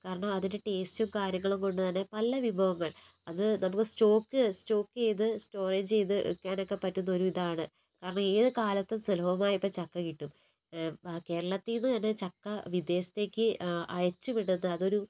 കാരണം അതിൻ്റെ ടേസ്റ്റും കാര്യങ്ങളും കൊണ്ടുതന്നെ പല വിഭവങ്ങൾ അത് നമുക്ക് സ്റ്റോക്ക് സ്റ്റോക്ക് ചെയ്ത് സ്റ്റോറേജ് ചെയ്ത് വയ്ക്കാൻ ഒക്കെ പറ്റുന്ന ഒരു ഇതാണ് കാരണം ഏത് കാലത്തും സുലഭമായി ഇപ്പോൾ ചക്ക കിട്ടും ഇപ്പോൾ ആ കേരളത്തിൽ നിന്നുതന്നെ ചക്ക വിദേശത്തേയ്ക്ക് അയച്ചുവിടുന്ന അതൊരു